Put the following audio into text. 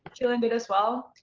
kealan did as well.